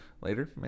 later